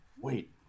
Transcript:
wait